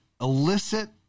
illicit